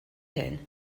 hyn